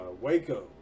Waco